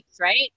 Right